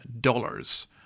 dollars